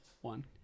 one